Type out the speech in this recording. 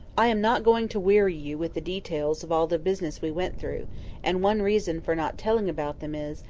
i am not going to weary you with the details of all the business we went through and one reason for not telling about them is,